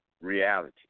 reality